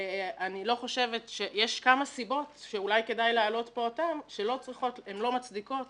יש כמה סיבות שאולי כדאי להעלות פה אותן שהן לא מצדיקות